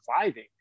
surviving